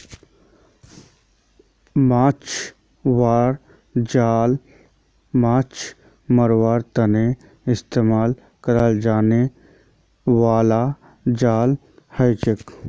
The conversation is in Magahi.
माछ मरवार जाल माछ मरवार तने इस्तेमाल कराल जाने बाला जाल हछेक